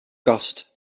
kast